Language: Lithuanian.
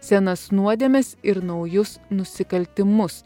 senas nuodėmes ir naujus nusikaltimus